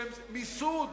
שהם מיסוד